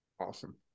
Awesome